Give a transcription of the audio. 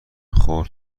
خورد